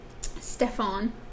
Stefan